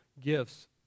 gifts